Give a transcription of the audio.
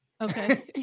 Okay